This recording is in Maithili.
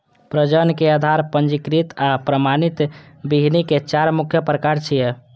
प्रजनक, आधार, पंजीकृत आ प्रमाणित बीहनि के चार मुख्य प्रकार छियै